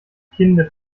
kinde